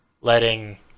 letting